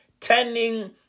turning